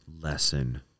lesson